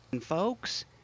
folks